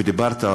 ודיברת,